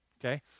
okay